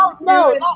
No